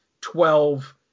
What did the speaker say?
twelve